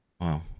Wow